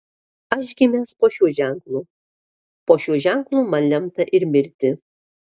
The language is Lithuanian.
aš gimęs po šiuo ženklu po šiuo ženklu man lemta ir mirti